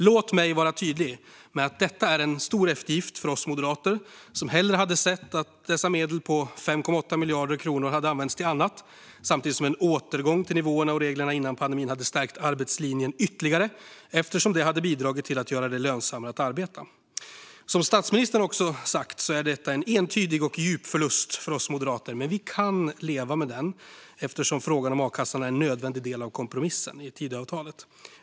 Låt mig vara tydlig med att detta är en stor eftergift för oss moderater som hellre hade sett att dessa medel på 5,8 miljarder kronor hade använts till annat, samtidigt som en återgång till nivåerna och reglerna före pandemin hade stärkt arbetslinjen ytterligare eftersom det hade bidragit till att göra det lönsammare att arbeta. Som statsministern också har sagt är detta en entydig och djup förlust för oss moderater. Men vi kan leva med den, eftersom a-kassan är en nödvändig del av kompromissen i Tidöavtalet.